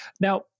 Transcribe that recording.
Now